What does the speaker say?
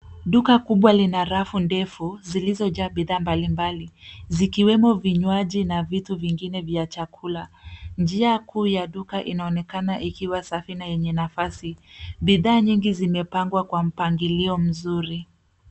Duka kubwa lina ndefu zilizojaa bidhaa mbalimbali zikiwemo vinywaji na vitu vingine vya chakula. Njia kuu ya duka inaonekana ikiwa safi na yenye nafasi. Bidhaa nyingi zimepangwa kwa mpangilio mzuri.